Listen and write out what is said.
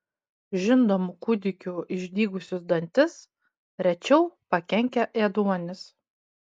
žindomų kūdikių išdygusius dantis rečiau pakenkia ėduonis